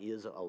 is a